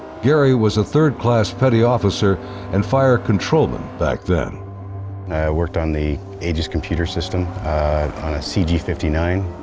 gary was a third class petty officer and fire controlman back then. i worked on the aegis computer system on a cg fifty nine